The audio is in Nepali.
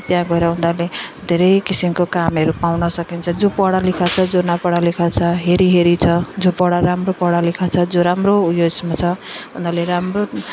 त्यहाँ गएर उनीहरूले धेरै किसिमको कामहरू पाउन सकिन्छ जो पढालेखा छ जो नपढालेखा छ हेरी हेरी छ जो पढा राम्रो पढालेखा छ जो राम्रो उयसमा छ उनीहरूले राम्रो